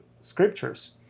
scriptures